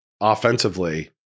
offensively